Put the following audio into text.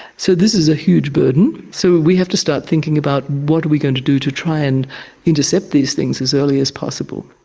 so this is a huge burden. so we have to start thinking about what are we going to do to try and intercept these things as early as possible,